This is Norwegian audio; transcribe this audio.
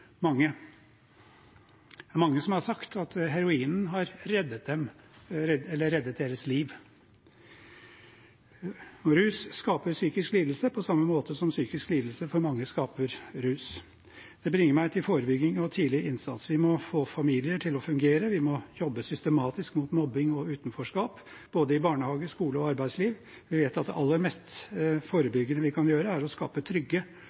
mange. Det er mange som har sagt at heroinen har reddet deres liv. Rus skaper psykisk lidelse på samme måte som psykisk lidelse for mange skaper rus. Det bringer meg til forebygging og tidlig innsats. Vi må få familier til å fungere, og vi må jobbe systematisk mot mobbing og utenforskap, i både barnehage, skole og arbeidsliv. Vi vet at det aller mest forebyggende vi kan gjøre, er å skape trygge